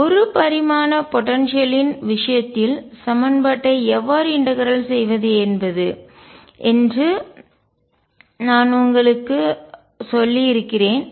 ஒரு பரிமாண போடன்சியல் லின் ஆற்றல் விஷயத்தில் சமன்பாட்டை எவ்வாறு இன்டகரல்ஒருங்கிணைக்க செய்வது என்று நான் உங்களுக்குச் சொல்லியிருக்கிறேன்